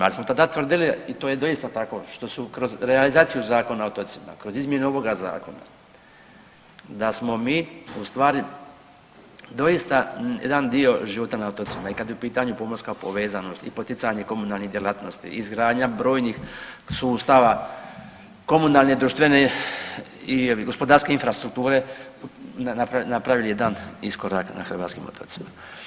Ali smo tada tvrdili i to je doista tako što su kroz realizaciju Zakona o otocima, kroz izmjenu ovoga zakona da smo mi u stvari doista jedan dio života na otocima i kad je u pitanju pomorska povezanost i poticanje komunalnih djelatnosti, izgradnja brojnih sustava komunalne, društvene i gospodarske infrastrukture napravili jedan iskorak na hrvatskim otocima.